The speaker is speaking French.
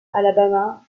alabama